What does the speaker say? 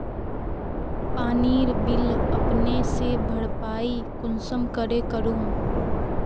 पानीर बिल अपने से भरपाई कुंसम करे करूम?